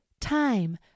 time